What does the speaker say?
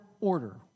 order